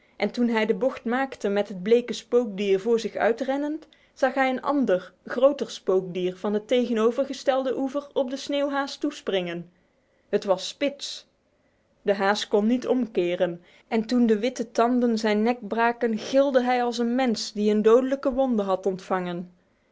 en toen hij de bocht maakte met het bleke spookdier voor zich uit rennend zag hij een ander groter spookdier van de tegenovergestelde oever op de sneeuwhaas toespringen de haas kon niet omkeren en toen de witte tanden zijn nek braken gilde hij als een mens die een dodelijke wonde heeft ontvangen